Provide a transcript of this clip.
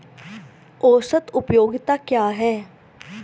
औसत उपयोगिता क्या है?